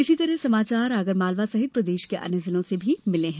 इसी तरह के समाचार आगरमालवा सहित प्रदेश के अन्य जिलों से भी मिल रहे हैं